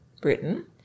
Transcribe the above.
Britain